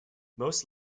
most